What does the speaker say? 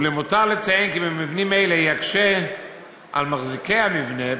ולמותר לציין כי במבנים אלו יקשה על מחזיקי המבנה,